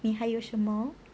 你还有什么